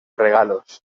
regalos